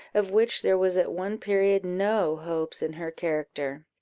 of which there was at one period no hopes in her character.